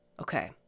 Okay